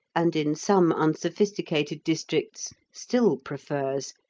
and in some unsophisticated districts still prefers,